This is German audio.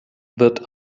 wird